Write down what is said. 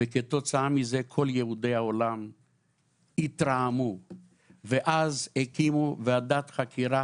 כתוצאה מזה כל יהודי העולם התרעמו ואז הקימו ועדת חקירה